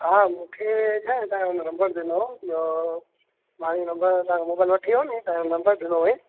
हा मूंखे छाहे तव्हांजो हुन नंबर ॾिनो इहो मां इहो नंबर तव्हां खां मोबाइल वठी वियो नि तव्हांखे नंबर ॾिनो हुयईं